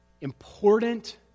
important